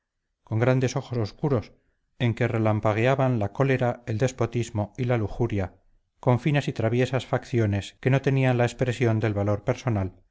con grandes ojos oscuros en que relampagueaban la cólera el despotismo y la lujuria con finas y traviesas facciones que no tenían la expresión del valor personal